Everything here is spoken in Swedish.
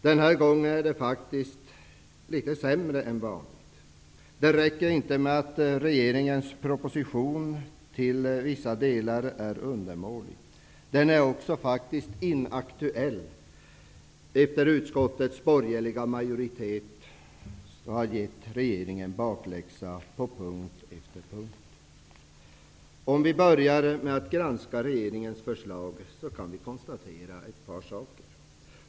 Denna gång är det faktiskt litet sämre än vanligt. Inte nog med att regeringens proposition till vissa delar är undermålig, utan den är faktiskt också inaktuell efter att utskottets borgerliga majoritet har gett regeringen bakläxa på punkt efter punkt. För att börja med att granska regeringens förslag, kan man konstatera följande.